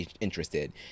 interested